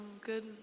good